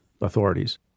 authorities